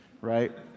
right